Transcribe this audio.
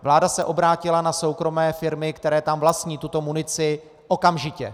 Vláda se obrátila na soukromé firmy, které tam vlastní tuto munici, okamžitě.